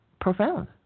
profound